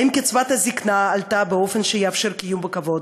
האם קצבת הזיקנה עלתה באופן שיאפשר קיום בכבוד?